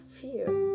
fear